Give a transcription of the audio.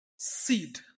seed